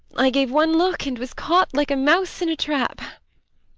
i gave one look and was caught like a mouse in a trap!